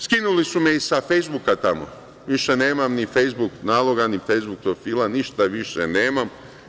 Skinuli su me i sa fejsbuka tamo, više nemam ni fejsbuk naloga, ni fejsbuk profila, ništa više nemam.